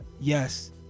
yes